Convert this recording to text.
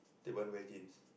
that one wear jeans